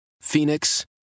Phoenix